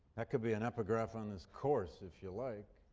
that could be an epigraph on this course, if you like,